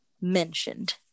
mentioned